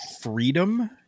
freedom